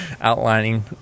outlining